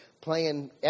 playing